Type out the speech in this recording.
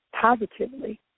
positively